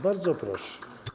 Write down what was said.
Bardzo proszę.